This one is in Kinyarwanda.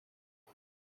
hose